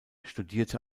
studierte